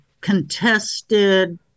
contested